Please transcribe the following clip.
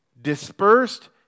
dispersed